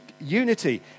Unity